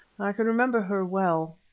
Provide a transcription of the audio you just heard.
i can remember her well.